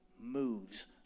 moves